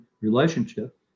relationship